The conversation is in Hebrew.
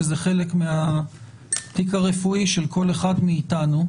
שזה חלק מהתיק הרפואי של כל אחד מאיתנו.